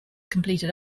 completed